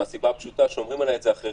מהסיבה הפשוטה שאומרים עליי את זה אחרים,